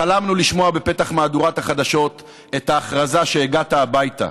חלמנו לשמוע בפתח מהדורת החדשות את ההכרזה שהגעת הביתה,